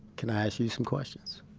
can i ask you some questions?